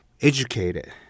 educated